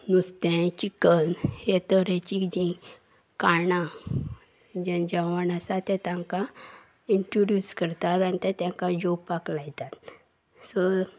नुस्तें चिकन हे तरेचीं जीं खाणां जें जेवण आसा तें तांकां इंट्रोड्यूस करतात आनी ते तांकां जेवपाक लायतात सो